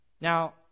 Now